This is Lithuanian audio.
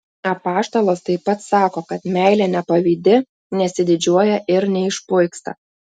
apaštalas taip pat sako kad meilė nepavydi nesididžiuoja ir neišpuiksta